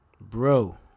Bro